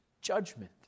judgment